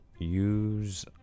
use